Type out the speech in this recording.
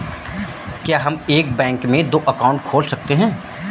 क्या हम एक बैंक में दो अकाउंट खोल सकते हैं?